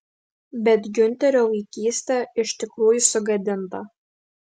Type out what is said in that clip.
bet giunterio vaikystė iš tikrųjų sugadinta